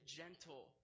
gentle